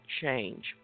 change